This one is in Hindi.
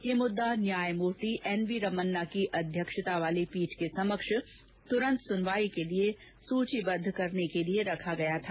यह मुद्दा न्यायमूर्ति एन वी रमना की अध्यक्षता वाली पीठ के समक्ष तुरन्त सुनवाई के लिए सूचीबद्ध करने के लिए रखा गया था